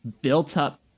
built-up